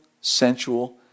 sensual